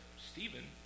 Stephen